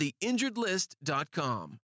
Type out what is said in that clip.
theinjuredlist.com